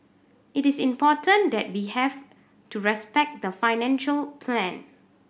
it is important that we have to respect the financial plan